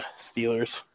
Steelers